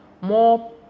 more